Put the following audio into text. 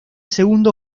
segundo